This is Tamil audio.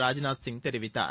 ராஜ்நாத் சிங் தெரிவித்தார்